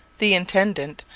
the intendant,